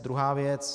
Druhá věc.